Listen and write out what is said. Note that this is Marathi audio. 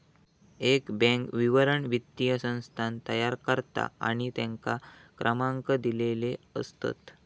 एक बॅन्क विवरण वित्तीय संस्थान तयार करता आणि तेंका क्रमांक दिलेले असतत